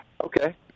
Okay